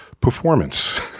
performance